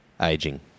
aging